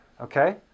Okay